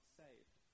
saved